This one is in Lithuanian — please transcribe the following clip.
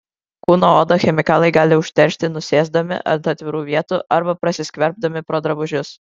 kūno odą chemikalai gali užteršti nusėsdami ant atvirų vietų arba prasiskverbdami pro drabužius